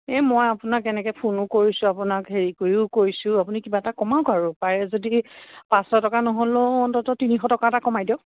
এই মই আপোনাক এনেকৈ ফোনো কৰিছোঁ আপোনাক হেৰি কৰিও কৈছোঁ আপুনি কিবা এটা কমাওক আৰু পাৰে যদি পাঁচশ টকা নহ'লেও অন্ততঃ তিনিশ টকা এটা কমাই দিয়ক